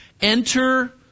Enter